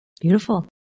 Beautiful